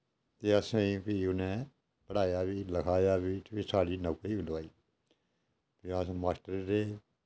ते असें ई फ्ही उ'नें पढ़ाया बी लखाया बी फ्ही साढ़ी नौकरी बी लोआई ते अस मास्टर रेह्